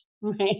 right